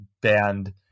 band